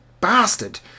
bastard